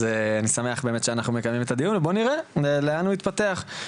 אז אני שמח שאנחנו מקיימים את הדיון ובואו נראה לאן הוא יתפתח.